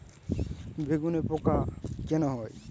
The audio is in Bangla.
বেগুনে পোকা কেন হয়?